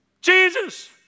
Jesus